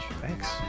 Thanks